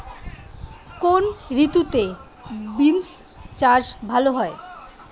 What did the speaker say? কোন ঋতুতে বিন্স চাষ ভালো হয়?